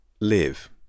live